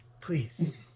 please